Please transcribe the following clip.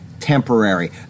Temporary